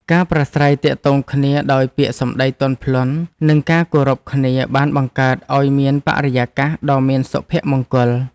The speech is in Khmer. ការប្រាស្រ័យទាក់ទងគ្នាដោយពាក្យសម្ដីទន់ភ្លន់ និងការគោរពគ្នាបានបង្កើតឱ្យមានបរិយាកាសដ៏មានសុភមង្គល។